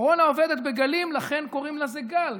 קורונה עובדת בגלים, לכן קוראים לזה גל.